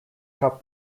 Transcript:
cup